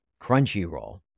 Crunchyroll